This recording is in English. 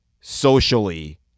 socially